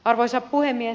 arvoisa puhemies